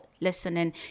listening